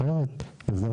נכון.